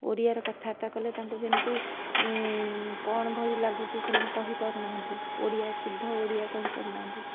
ଓଡ଼ିଆରେ କଥାବାର୍ତ୍ତା କଲେ ତାଙ୍କୁ ଯେମିତି କ'ଣ ଭଳିଲାଗୁଛି ସେମାନେ କହିପାରୁ ନାହାଁନ୍ତି ଓଡ଼ିଆ ଶୁଦ୍ଧ ଓଡ଼ିଆ କହିପାରୁ ନାହାଁନ୍ତି